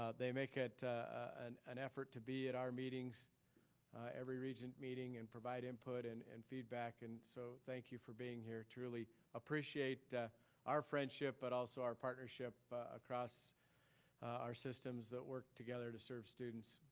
ah they make it an an effort to be at our meetings every regent meeting and provide input and and feedback and so thank you for being here to really appreciate our friendship but also our partnership across our systems that work together to serve students.